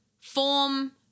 form